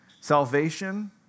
Salvation